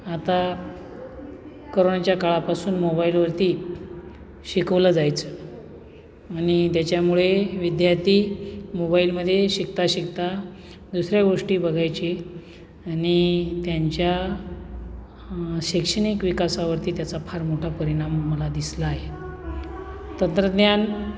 आता करोनाच्या काळापासून मोबाईलवरती शिकवलं जायचं आणि त्याच्यामुळे विद्यार्थी मोबाईलमध्ये शिकता शिकता दुसऱ्या गोष्टी बघायची आणि त्यांच्या शैक्षणिक विकासावरती त्याचा फार मोठा परिणाम मला दिसला आहे तंत्रज्ञान